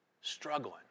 struggling